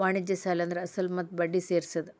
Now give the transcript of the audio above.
ವಾಣಿಜ್ಯ ಸಾಲ ಅಂದ್ರ ಅಸಲ ಮತ್ತ ಬಡ್ಡಿ ಸೇರ್ಸಿದ್